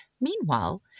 Meanwhile